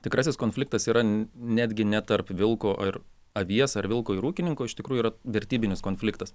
tikrasis konfliktas yra netgi ne tarp vilko ar avies ar vilko ir ūkininko iš tikrųjų yra vertybinis konfliktas